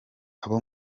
abo